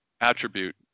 attribute